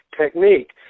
technique